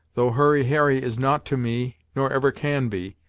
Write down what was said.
though hurry harry is nought to me nor ever can be,